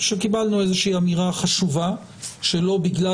קיבלנו איזושהי אמירה חשובה שלא בגלל